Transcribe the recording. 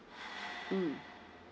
mm